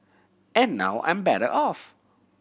and now I'm better off